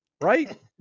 right